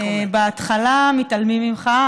בהתחלה מתעלמים ממך,